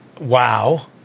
Wow